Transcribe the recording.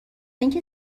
اینکه